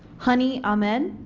honey ahmed